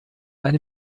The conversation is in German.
eine